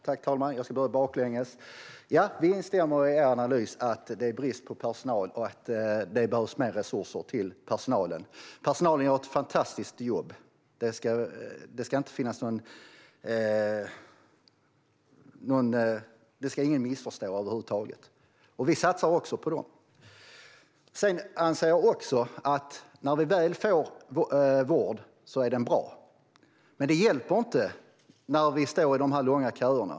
Herr talman! Jag ska börja bakifrån. Vi instämmer i er analys att det är brist på personal och att det behövs mer resurser till personalen. Personalen gör ett fantastiskt jobb. Det ska ingen missförstå över huvud taget. Vi satsar också på den. När vi väl får vård är den bra. Men det hjälper inte när vi står i de långa köerna.